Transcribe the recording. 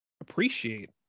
appreciate